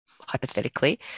hypothetically